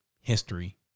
history